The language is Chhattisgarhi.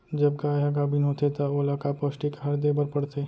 जब गाय ह गाभिन होथे त ओला का पौष्टिक आहार दे बर पढ़थे?